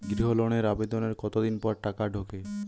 গৃহ লোনের আবেদনের কতদিন পর টাকা ঢোকে?